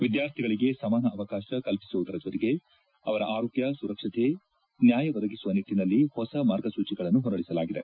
ವಿದ್ಯಾರ್ಥಿಗಳಿಗೆ ಸಮಾನ ಅವಕಾಶ ಕಲ್ಪಿಸುವುದರ ಜೊತೆಗೆ ಅವರ ಆರೋಗ್ಯ ಸುರಕ್ಷತೆ ಮತ್ತು ನ್ಯಾಯ ಒದಗಿಸುವ ನಿಟ್ಟಿನಲ್ಲಿ ಹೊಸ ಮಾರ್ಗಸೂಚಿಗಳನ್ನು ಹೊರದಿಸಲಾಗಿದೆ